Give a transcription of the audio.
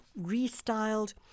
restyled